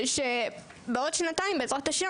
שבעוד שנתיים בעזרת השם,